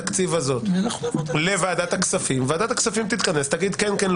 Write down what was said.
שהפנייה לוועדת הכספים תהיה על דעת הנשיאות,